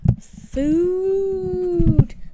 food